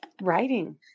writing